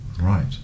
Right